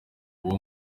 uwo